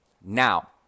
now